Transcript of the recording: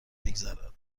بگذرد